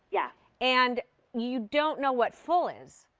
yeah. and you don't know what full is.